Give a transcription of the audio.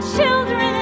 children